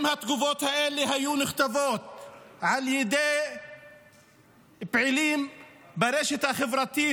אם התגובות האלה היו נכתבות על ידי פעילים ערבים ברשת החברתית,